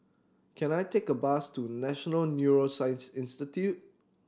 can I take a bus to National Neuroscience Institute